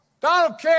Donald